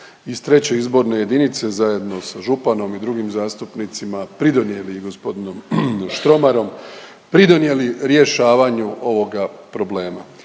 iz treće izborne jedinice zajedno sa županom i drugim zastupnicima pridonijeli i gospodinom Štromarom, pridonijeli rješavanju ovoga problema.